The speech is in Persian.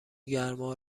گرما